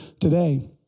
today